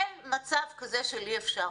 אין מצב כזה של אי אפשר.